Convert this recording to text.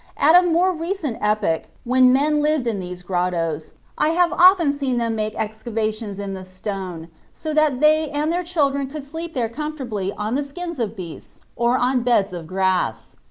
at a more recent epoch, when men lived in these grottos, i have often seen them make excavations in the stone so that they and their children could sleep there comfortably on the skins of beasts or on beds of grass.